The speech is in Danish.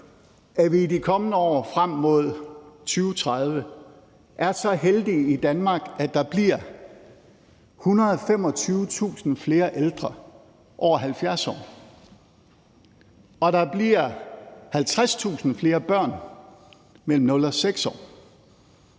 at vi i de kommende år frem mod 2030 er så heldige i Danmark, at der bliver 125.000 flere ældre over 70 år og der bliver 50.000 flere børn mellem 0 og 6 år.